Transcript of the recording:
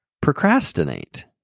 procrastinate